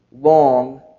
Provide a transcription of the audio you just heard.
long